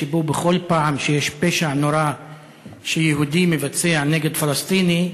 שבכל פעם שיהודי מבצע פשע נורא נגד פלסטיני,